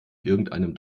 irgendeinem